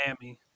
Miami